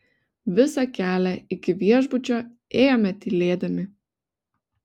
visą kelią iki viešbučio ėjome tylėdami